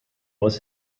was